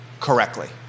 correctly